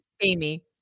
Amy